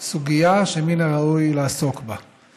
סוגיה שמן הראוי לעסוק בה.